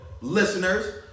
listeners